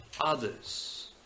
others